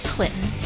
Clinton